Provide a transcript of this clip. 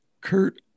kurt